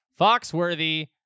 Foxworthy